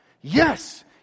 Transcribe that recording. yes